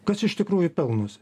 kas iš tikrųjų pelnosi